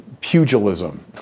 pugilism